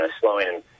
slowing